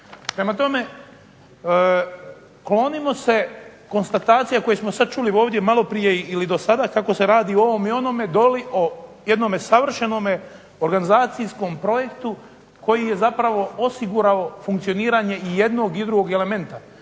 Prema tome, klonimo se konstatacija koje smo sada čuli ovdje maloprije ili do sada kako se radi o ovom onome, doli, jednome savršenome organizacijskom projektu koji je zapravo osigurao funkcioniranje i jednog i drugog elementa.